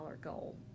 goal